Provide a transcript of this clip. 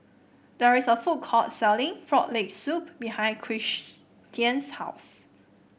there is a food court selling Frog Leg Soup behind Christian's house